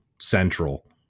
central